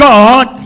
God